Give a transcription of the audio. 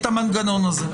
את המנגנון הזה.